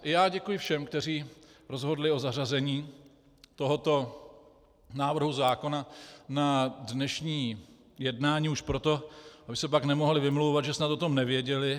Já děkuji všem, kteří rozhodli o zařazení tohoto návrhu zákona na dnešní jednání už proto, aby se pak nemohli vymlouvat, že snad o tom nevěděli.